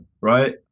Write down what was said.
right